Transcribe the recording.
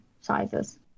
sizes